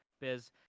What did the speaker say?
biz